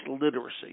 literacy